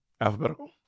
Alphabetical